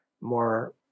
more